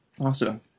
Awesome